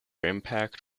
impact